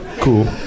Cool